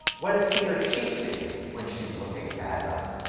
what does he or she see when she's looking at us?